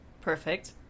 Perfect